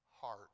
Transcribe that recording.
heart